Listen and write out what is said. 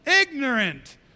ignorant